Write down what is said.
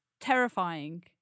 terrifying